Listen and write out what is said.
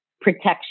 protection